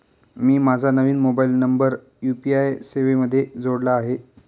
मी माझा नवीन mobile number UPI सेवेमध्ये जोडला आहे